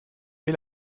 wie